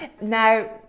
Now